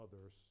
others